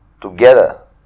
together